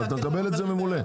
אתה מקבל את זה ממולא.